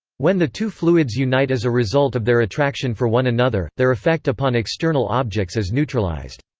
when the two fluids unite as a result of their attraction for one another, their effect upon external objects is neutralized.